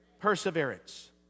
perseverance